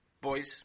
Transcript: Boys